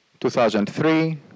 2003